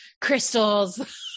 crystals